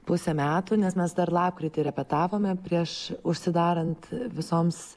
pusę metų nes mes dar lapkritį repetavome prieš užsidarant visoms